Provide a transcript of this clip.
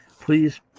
please